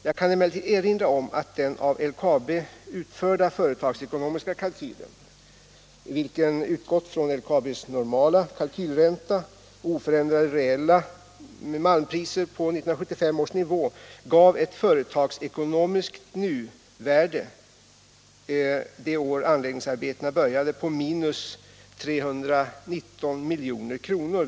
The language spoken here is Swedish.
Jag kan emellertid erinra om att den av LKAB utförda företagsekonomiska kalkylen, vilken utgått från LKAB:s normala kalkylränta och oförändrade reella malmpriser på 1975 års nivå, gav ett företagsekonomiskt nuvärde — det år nedläggningsarbetena började — på 319 milj.kr.